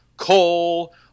Coal